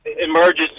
emerges